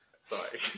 Sorry